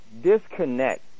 disconnect